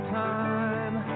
time